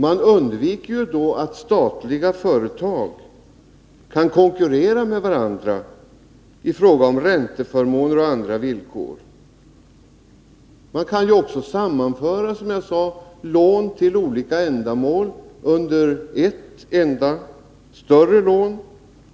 Då undviker man juattstatliga företag kan konkurrera med varandra i fråga om ränteförmåner och andra villkor. Man kan också, som jag sade, sammanföra lån till olika ändamål under ett enda, större lån,